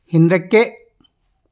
ಹಿಂದಕ್ಕೆ